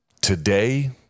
today